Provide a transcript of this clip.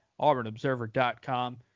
auburnobserver.com